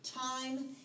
time